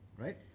Right